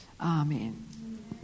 Amen